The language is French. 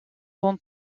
dans